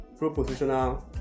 propositional